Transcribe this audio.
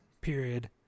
period